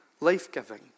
life-giving